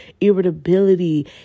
irritability